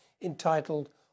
entitled